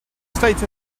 state